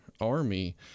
army